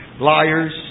liars